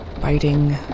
biting